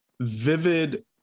vivid